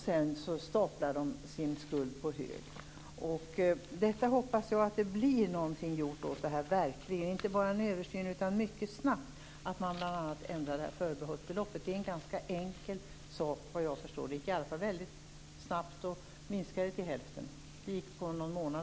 Sedan staplar de sin skuld på hög. Jag hoppas att det görs någonting åt det här, inte bara en översyn utan också att förbehållsbeloppet snabbt ändras. Det är en ganska enkel sak, såvitt jag förstår. Det gick i alla fall väldigt snabbt att minska det till hälften - det var gjort på någon månad.